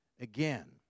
again